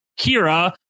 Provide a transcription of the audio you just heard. Kira